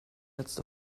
letzte